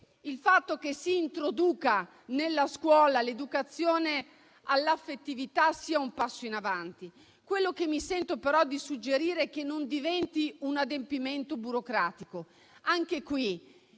il fatto che si introduca nella scuola l'educazione all'affettività penso sia un passo in avanti. Quello che mi sento però di suggerire è che tutto ciò non diventi un adempimento burocratico. Anche qui: